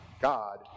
God